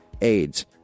AIDS